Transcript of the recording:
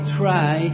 try